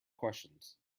questions